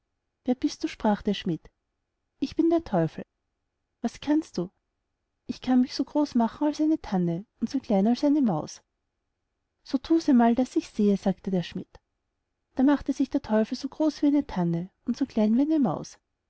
wer bist du sprach der schmid ich bin der teufel was kannst du ich kann mich so groß machen als eine tanne und so klein als eine maus so thus einmal daß ichs sehe sagte der schmid da machte sich der teufel so groß wie eine tanne und so klein wie eine maus